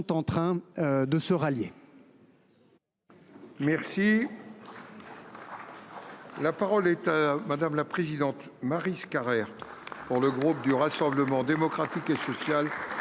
en train de se rallier.